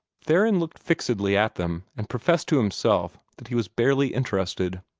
theron looked fixedly at them, and professed to himself that he was barely interested.